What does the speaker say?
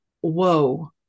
whoa